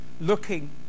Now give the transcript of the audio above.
looking